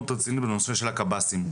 מאוד רצינית בנושא של הקב"סים,